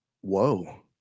Whoa